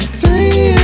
Three